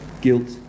Guilt